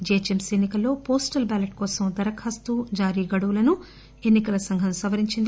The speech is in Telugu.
జీహెచ్ఎంసీ ఎన్ని కల్లో పోస్టల్ బ్యాలెట్ కోసం దరఖాస్తు జారీ గడువులను ఎన్ని కల సంఘం సవరించింది